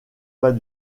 pas